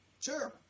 Sure